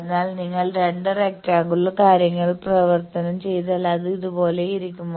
അതിനാൽ നിങ്ങൾ 2 റെക്റ്റാങ്കുലർ കാര്യങ്ങൾ പരിവർത്തനം ചെയ്താൽ അത് ഇതുപോലെയായിരിക്കും